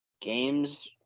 games